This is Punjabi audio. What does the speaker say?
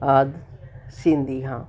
ਆਦਿ ਸੀਂਦੀ ਹਾਂ